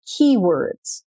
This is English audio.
keywords